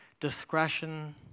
discretion